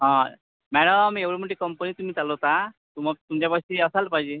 हा मॅडम एवढी मोठी कंपनी तुम्ही चालवता मग तुमच्यापाशी असायला पाहिजे